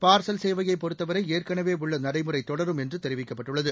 parcel சேவையை பொறுத்தவரை ஏற்கனவே உள்ள நடைமுறை தொடரும் என்று தெரிவிக்கப்பட்டுள்ளது